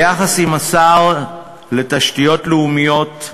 יחד עם שר התשתיות הלאומיות,